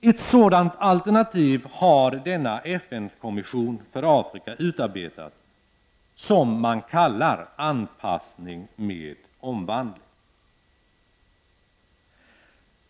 Ett sådant alternativ har denna FN-kommission för Afrika utarbetat och kallat ”anpassning med omvandling”.